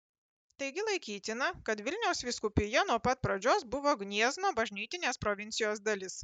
taigi laikytina kad vilniaus vyskupija nuo pat pradžios buvo gniezno bažnytinės provincijos dalis